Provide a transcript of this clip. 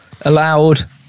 Allowed